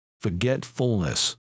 forgetfulness